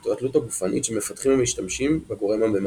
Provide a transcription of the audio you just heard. או התלות הגופנית שמפתחים המשתמשים בגורם הממכר.